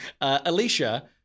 Alicia